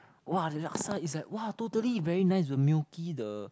!wow! the laksa is like !wow! totally very nice the milky the